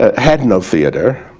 ah had no theatre,